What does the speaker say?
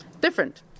different